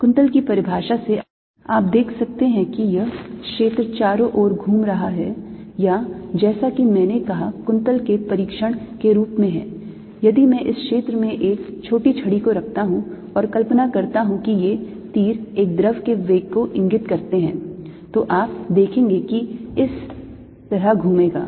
quintal की परिभाषा से आप देख सकते हैं कि यह क्षेत्र चारों ओर घूम रहा है या जैसा कि मैंने कहा कुंतल के परीक्षण के रूप में है यदि मैं इस क्षेत्र में एक छोटी छड़ी को रखता हूं और कल्पना करता हूं कि ये तीर एक द्रव के वेग को इंगित करते हैं तो आप देखेंगे कि यह इस तरह घूमेगा